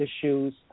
issues